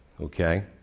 okay